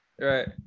Right